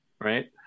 right